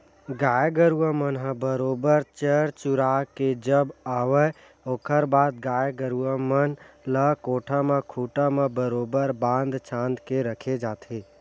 गाय गरुवा मन ह बरोबर चर चुरा के जब आवय ओखर बाद गाय गरुवा मन ल कोठा म खूंटा म बरोबर बांध छांद के रखे जाथे